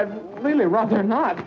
i'd really rather not